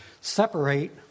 separate